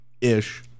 ish